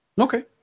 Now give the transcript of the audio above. Okay